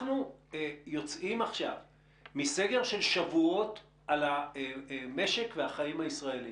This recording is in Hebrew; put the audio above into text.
אנחנו יוצאים עכשיו מסגר של שבועות על המשק והחיים הישראליים,